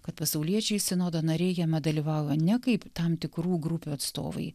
kad pasauliečiai sinodo nariai jame dalyvavo ne kaip tam tikrų grupių atstovai